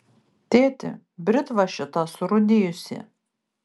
tėti britva šita surūdijusi